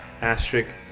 asterisk